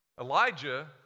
Elijah